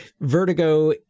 Vertigo